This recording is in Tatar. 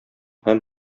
һәм